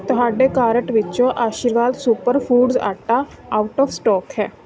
ਤੁਹਾਡੇ ਕਾਰਟ ਵਿੱਚੋਂ Aashirvaad super foods atta out of stock ਹੈ